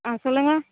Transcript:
ஆ சொல்லுங்கள்